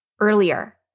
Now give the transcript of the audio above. earlier